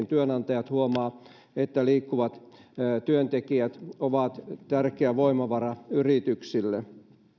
työnantajat huomaavat että liikkuvat työntekijät ovat tärkeä voimavara yrityksille